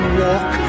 walk